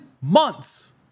months